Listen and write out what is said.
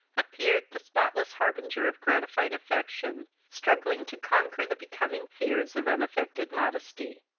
appeared to spotless harbinger of gratified affection, struggling to conquer the becoming fears of unaffected modesty.